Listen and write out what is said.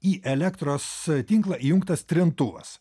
į elektros tinklą įjungtas trintuvas